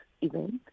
event